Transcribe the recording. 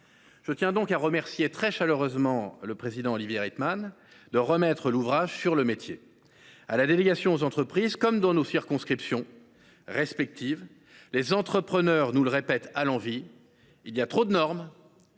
Je tiens donc à remercier très chaleureusement le président Olivier Rietmann de remettre l’ouvrage sur le métier. À la délégation aux entreprises comme dans nos circonscriptions, les entrepreneurs nous le répètent à l’envi : il y a trop de normes,